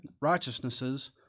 righteousnesses